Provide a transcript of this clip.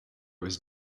was